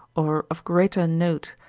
or of greater note,